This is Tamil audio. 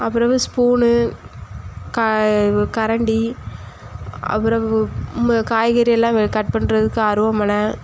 அப்புறவு ஸ்பூன்னு க கரண்டி அப்புறம் காய்கறி எல்லாம் வே கட் பண்ணுறதுக்கு அருவாமனை